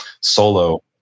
solo